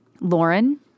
Lauren